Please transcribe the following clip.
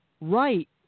right